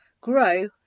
grow